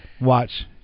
watch